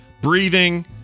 breathing